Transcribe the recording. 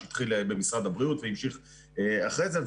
שהתחיל במשרד הבריאות והמשיך אחרי זה,